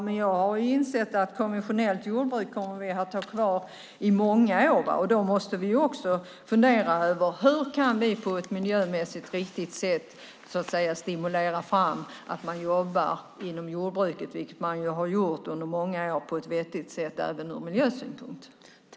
Men jag har insett att vi kommer att ha kvar konventionellt jordbruk i många år. Vi måste fundera över hur vi på ett miljömässigt riktigt sätt kan stimulera fram att man jobbar på ett vettigt sätt inom jordbruket, vilket man har gjort under många år, även ur miljösynpunkt.